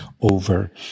over